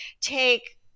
take